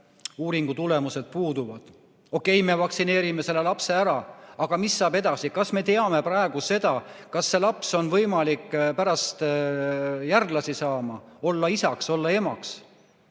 uuringu tulemused puuduvad. Okei, me vaktsineerime lapse ära. Aga mis saab edasi? Kas me teame praegu seda, kas see laps on võimeline pärast järglasi saama, olema isaks, olema emaks?